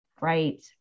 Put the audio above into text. right